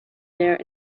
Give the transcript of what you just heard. there